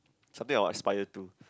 something I'll aspire to